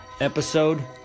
episode